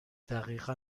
دقیقا